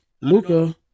Luca